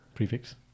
Prefix